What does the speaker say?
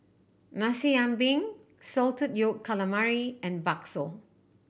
Nasi Ambeng salted yolk calamari and bakso